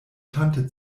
tante